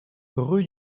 rue